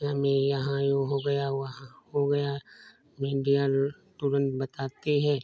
यह में यहाँ यो हो गया वहाँ हो गया मीडिया तुरंत बताती है